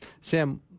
Sam